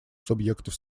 субъектов